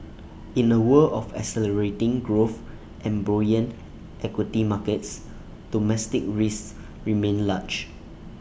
in A world of accelerating growth and buoyant equity markets domestic risks remain large